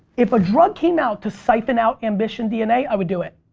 if a drug came out to siphon out ambition dna, i would do it.